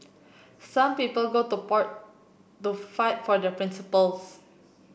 some people go to part to fight for the principles